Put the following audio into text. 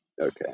Okay